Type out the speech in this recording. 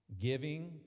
giving